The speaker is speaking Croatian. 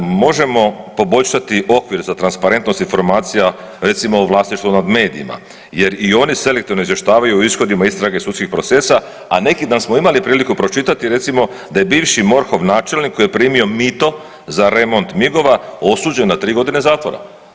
Možemo poboljšati okvir za transparentnost informacija recimo u vlasništvu nad medijima, jer i oni selektivno izvještavaju o ishodima istrage Sudskih procesa, a neki dan smo imali priliku pročitati, recimo da je bivši MORH-ov Načelnik koji je primio mito za remont migova osuđen na 3 godine zatvore.